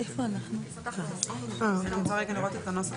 אבל התיקון הזה הוא בתוך הגדרה של הסכום